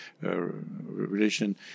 relation